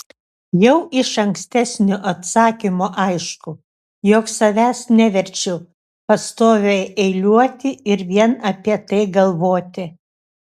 jau iš ankstesnio atsakymo aišku jog savęs neverčiu pastoviai eiliuoti ir vien apie tai galvoti